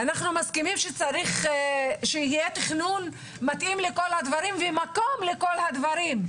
אנחנו מסכימים שצריך שיהיה תכנון מתאים לכל הדברים ומקום לכל הדברים.